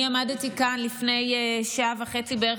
אני עמדתי כאן לפני שעה וחצי בערך